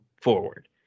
forward